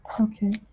Okay